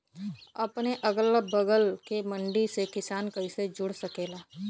अपने अगला बगल के मंडी से किसान कइसे जुड़ सकेला?